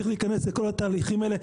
צריך להיכנס לכל התהליכים האלה,